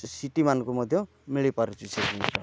C ସିଟିମାନଙ୍କୁ ମଧ୍ୟ ମିଳିପାରୁଛି ସେ ଜିନିଷ